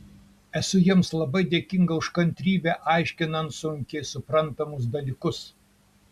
esu jiems labai dėkinga už kantrybę aiškinant sunkiai suprantamus dalykus